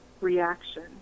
reaction